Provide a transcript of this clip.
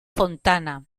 fontana